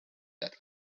that